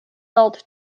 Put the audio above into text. dealt